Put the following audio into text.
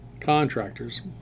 contractors